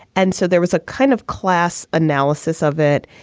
and so there was a kind of class analysis of it.